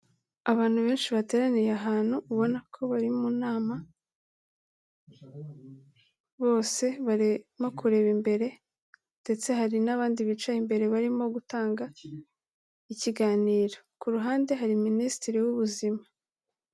Abantu benshi bateraniye ahantu ubona ko bari mu nama, bose barimo kure imbere ndetse hari n'abandi bicaye imbere barimo gutanga ikiganiro, ku ruhande hari Minisitiri w'Ubuzima.